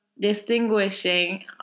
distinguishing